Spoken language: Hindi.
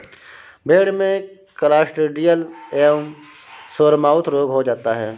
भेड़ में क्लॉस्ट्रिडियल एवं सोरमाउथ रोग हो जाता है